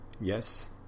Yes